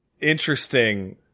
interesting